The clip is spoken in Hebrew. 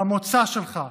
במוצא שלך,